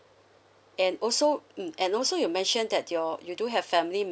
and also mm and also you mentioned that your you do have family